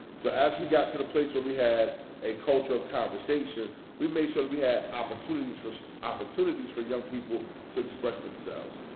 so as we got to the place where we had a culture of conversation, we made sure that we had opportunities for so opportunities for young people to express themselves.